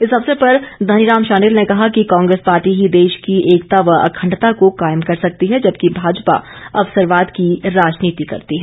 इस अवसर पर धनीराम शांडिल ने कहा कि कांग्रेस पार्टी ही देश की एकता व अखंडता को कायम कर सकती है जबकि भाजपा अवसरवाद की राजनीति करती है